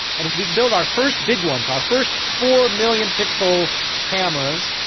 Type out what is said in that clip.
and we built our first big ones, our first four-million pixel cameras,